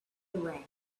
away